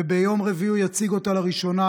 וביום רביעי הוא יציג אותה לראשונה,